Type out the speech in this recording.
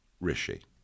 Rishi